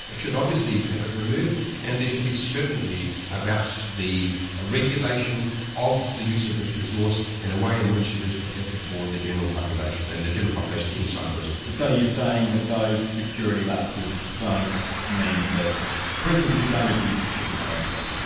should obviously have it removed and there should be a certainty about the regulation of the use of this resource in a way in which it is protected for the general population and the general population inside prison. so you're saying that those security lapses don't mean that prisoners who don't abuse shouldn't have access.